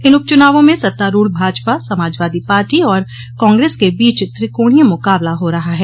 इन उपचुनावों में सत्तारूढ़ भाजपा समाजवादी पार्टी और कांग्रेस के बीच त्रिकोणीय मुकाबला हो रहा है